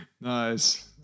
Nice